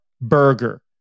burger